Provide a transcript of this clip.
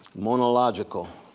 monological